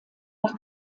nach